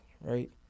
right